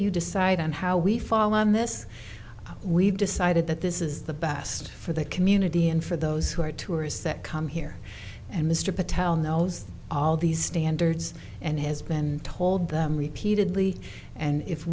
you decide and how we fall on this we've decided that this is the best for the community and for those who are tourists that come here and mr patel knows all these standards and has been told them repeatedly and if